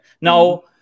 Now